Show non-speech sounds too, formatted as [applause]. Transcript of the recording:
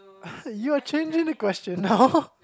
[laughs] you are changing the question now [laughs]